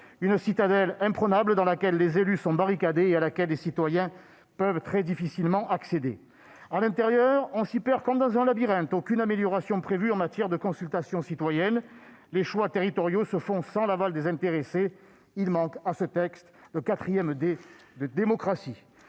une citadelle imprenable, dans laquelle des élus sont barricadés et à laquelle les citoyens peuvent très difficilement accéder. À l'intérieur, on s'y perd comme dans un labyrinthe. Aucune amélioration n'est prévue en matière de consultation citoyenne, les choix territoriaux se font sans l'aval des intéressés : il manque à ce texte un quatrième D, pour démocratie.